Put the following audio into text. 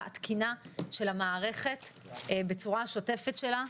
התקינה של מערכת הבריאות בישראל בצורה השוטפת שלה.